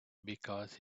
because